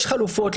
יש חלופות.